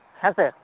ᱦᱮᱸ ᱥᱮ